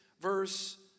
verse